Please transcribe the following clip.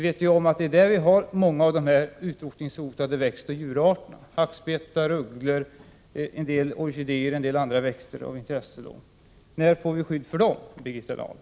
Det är ju där vi har många av de utrotningshotade växtoch djurarterna — hackspettar, ugglor, orkidéer och en del andra växter av intresse. När får vi skydd för dem, Birgitta Dahl?